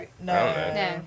No